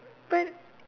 but